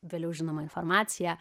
vėliau žinoma informacija